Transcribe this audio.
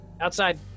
outside